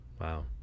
wow